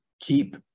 keep